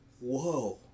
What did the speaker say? whoa